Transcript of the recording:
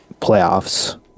playoffs